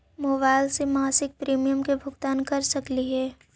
Mobile से मासिक premium के भुगतान कर सकली हे?